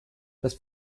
das